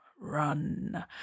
run